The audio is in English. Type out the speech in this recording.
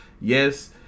Yes